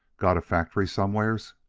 got a factory somewheres?